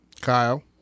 kyle